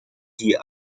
die